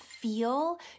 feel